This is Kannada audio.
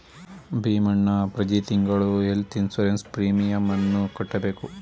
ಭೀಮಣ್ಣ ಪ್ರತಿ ತಿಂಗಳು ಹೆಲ್ತ್ ಇನ್ಸೂರೆನ್ಸ್ ಪ್ರೀಮಿಯಮನ್ನು ಕಟ್ಟಬೇಕು